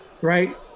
right